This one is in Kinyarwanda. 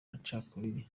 macakubiri